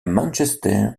manchester